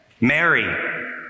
Mary